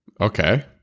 Okay